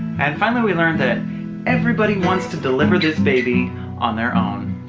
and finally we learned that everybody wants to deliver this baby on their own.